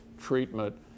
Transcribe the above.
treatment